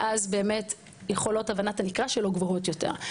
ואז באמת יכולות הבנת הנקרא שלו גבוהות יותר,